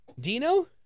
Dino